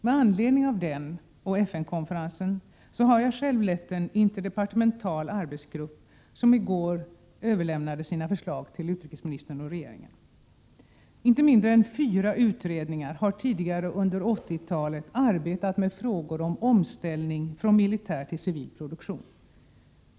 Med anledning av denna och FN-konferensen har jag själv lett en interdepartemental arbetsgrupp, som i går överlämnade sina förslag till utrikesministern och regeringen. Inte mindre än fyra utredningar har tidigare under 80-talet arbetat med frågor om omställning från militär till civil produktion.